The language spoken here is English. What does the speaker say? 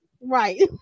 right